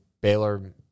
Baylor